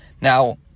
Now